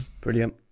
Brilliant